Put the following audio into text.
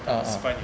uh uh